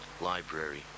Library